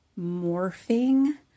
morphing